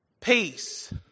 peace